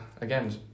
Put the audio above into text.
again